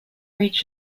reach